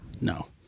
No